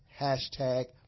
hashtag